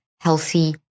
healthy